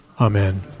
amen